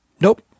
Nope